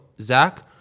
Zach